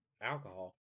alcohol